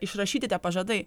išrašyti tie pažadai